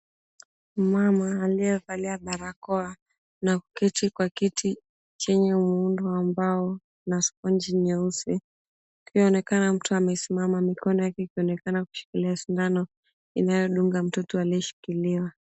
Mama aliyevalia barakoa na kuketi kwa kiti chenye muundo wa mbao na sponji nyeusi, kukionekana mtu amesimama mikono yake kuonekana kushikilia sindano inayodunga mtoto aliyeshikiliwa.